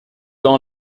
temps